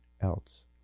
else